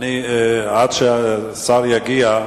עד שהשר יגיע,